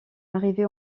arrivée